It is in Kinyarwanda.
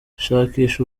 shakisha